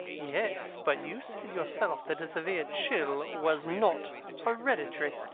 yes, but you said yourself that a severe chill was not hereditary.